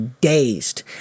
dazed